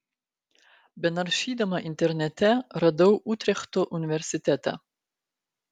benaršydama internete radau utrechto universitetą